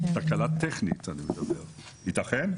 ייתכן?